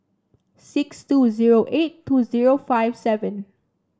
six two zero eight two zero five seven